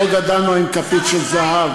אנחנו לא גדלנו עם כפית של זהב,